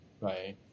right